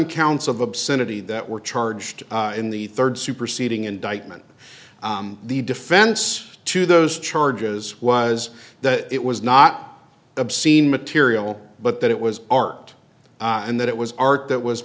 counts of obscenity that were charged in the third superseding indictment the defense to those charges was that it was not obscene material but that it was art and that it was art that was